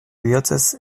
bihotzez